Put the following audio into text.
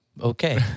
okay